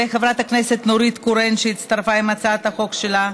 וחברת הכנסת נורית קורן הצטרפה עם הצעת החוק שלה,